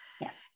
Yes